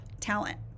talent